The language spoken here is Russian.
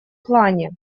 плане